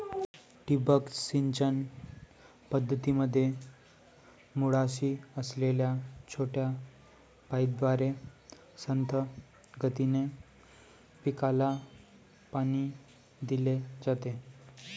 ठिबक सिंचन पद्धतीमध्ये मुळाशी असलेल्या छोट्या पाईपद्वारे संथ गतीने पिकाला पाणी दिले जाते